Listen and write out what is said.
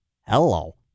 Hello